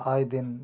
आये दिन